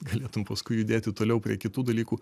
galėtum paskui judėti toliau prie kitų dalykų